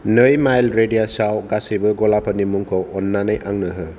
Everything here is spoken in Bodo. नै माइल रेडियासआव गासैबो गलाफोरनि मुंखौ अन्नानै आंनो हो